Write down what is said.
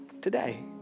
today